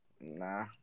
Nah